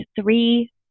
three